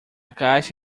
caixa